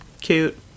cute